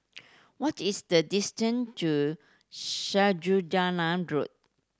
what is the distant to Road